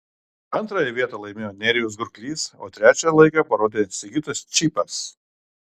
antrąją vietą laimėjo nerijus gurklys o trečią laiką parodė sigitas čypas